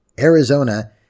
Arizona